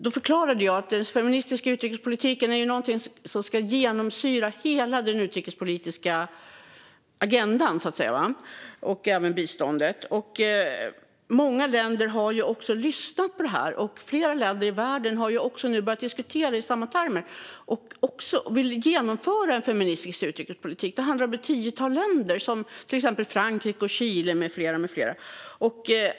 Då förklarade jag att den feministiska utrikespolitiken är något som ska genomsyra hela den utrikespolitiska agendan och även biståndet. Många länder har lyssnat på detta. Dessutom har flera länder i världen börjat diskutera i samma termer och vill genomföra en feministisk utrikespolitik. Det handlar om ett tiotal länder, såsom Frankrike, Chile med flera.